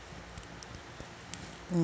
mm